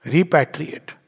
Repatriate